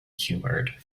humoured